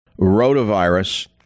rotavirus